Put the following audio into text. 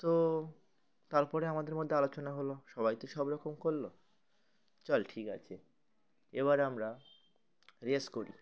তো তার পরে আমাদের মধ্যে আলোচনা হলো সবাই তো সব রকম করল চল ঠিক আছে এবার আমরা রেস করি